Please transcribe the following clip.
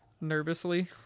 Nervously